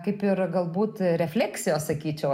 kaip ir galbūt refleksijos sakyčiau